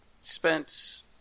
spent